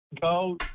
go